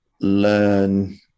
learn